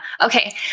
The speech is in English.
Okay